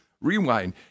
Rewind